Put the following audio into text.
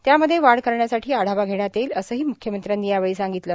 त्यामध्ये वाढ करण्यासाठी आढावा घेण्यात येईल असंही म्ख्यमंत्र्यांनी यावेळी सांगितलं